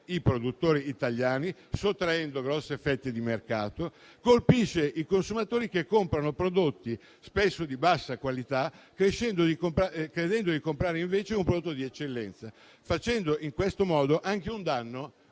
i produttori italiani, sottraendo grosse fette di mercato, e i consumatori che comprano prodotti spesso di bassa qualità, credendo di comprare invece un prodotto di eccellenza. In questo modo si reca anche un danno